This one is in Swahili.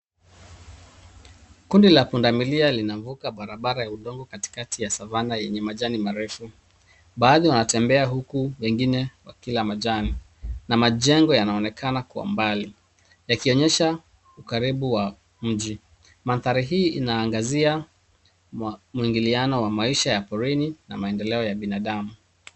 Kundi la pundamilia linavuka barabra ya udongo katikati ya savana yenye majani marefu. Baadhi wanatembe huku wengine wakila majani na majengo yanaonekana kwa mbali yakionyesha ukaribu wa mji. Manthari hii inaangazia mwigiliano wa maisha wa porini na maendeleo ya binadamu.